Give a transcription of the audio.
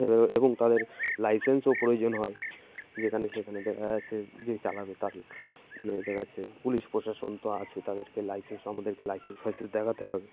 এবার এবং তাদের লাইসেন্সও প্রয়োজন হয় যেখানে সেখানে দেখা যাচ্ছে যে চালাবে তার মানে দেখা যাচ্ছে পুলিশ প্রশাসন তো আছে তাদেরকে লাইসেন্স আমাদেরকে লাইসেন্স ফাইসেস দেখাতে হবে